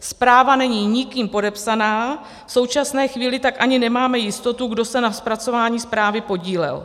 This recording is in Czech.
Zpráva není nikým podepsána, v současné chvíli tak ani nemáme jistotu, kdo se na zpracování zprávy podílel.